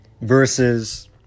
versus